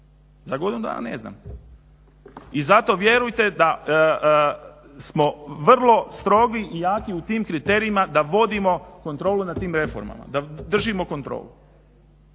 za godinu dana ne znam. I zato vjerujete da smo vrlo strogi i jaki u tim kriterijima da vodimo kontrolu nad tim reformama, da držimo kontrolu.